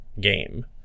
game